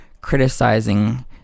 criticizing